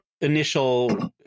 initial